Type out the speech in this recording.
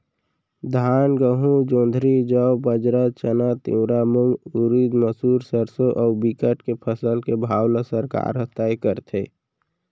धान, गहूँ, जोंधरी, जौ, बाजरा, चना, तिंवरा, मूंग, उरिद, मसूर, सरसो अउ बिकट के फसल के भाव ल सरकार ह तय करथे